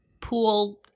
pool